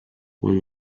one